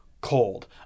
cold